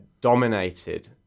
dominated